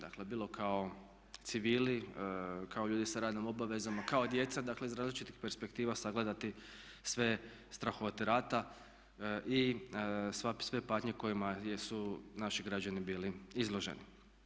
Dakle bilo kao civili, kao ljudi sa radnom obavezom, kao djeca, dakle iz različitih perspektiva sagledati sve strahote rata i sve patnje kojima su naši građani bili izloženi.